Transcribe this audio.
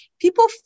people